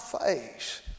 face